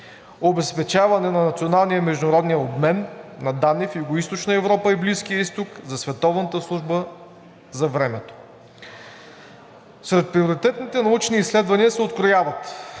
обезпечаване на националния и международния обмен на данни в Югоизточна Европа и Близкия изток за Световната служба за времето. Сред приоритетните научни изследвания се открояват: